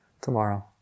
tomorrow